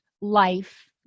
life